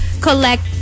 collect